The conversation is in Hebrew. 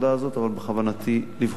אבל בכוונתי לבחון אותה.